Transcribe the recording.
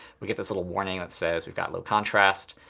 we get this little warning that says we've got low contrast.